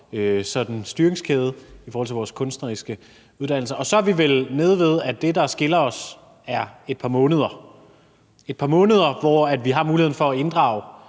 styringskæde i forhold til vores kunstneriske uddannelser. Og så er vi vel nede ved, at det, der skiller os, er et par måneder; et par måneder, hvor vi har muligheden for at inddrage